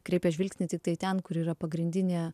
kreipia žvilgsnį tiktai ten kur yra pagrindinė